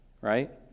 right